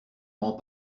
rend